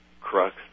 crux